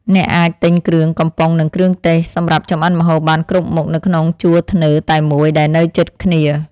អ្នកអាចទិញគ្រឿងកំប៉ុងនិងគ្រឿងទេសសម្រាប់ចម្អិនម្ហូបបានគ្រប់មុខនៅក្នុងជួរធ្នើរតែមួយដែលនៅជិតគ្នា។